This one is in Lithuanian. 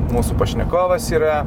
mūsų pašnekovas yra